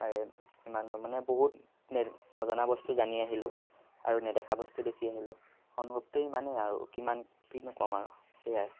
আৰু ইমান মানে বহুত নজনা বস্তু জানি আহিলোঁ আৰু নেদেখা বস্তু দেখি আহিলোঁ অনুভৱটো ইমানেই আৰু কিমান কিনো ক'ম আৰু সেয়াই